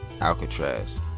Alcatraz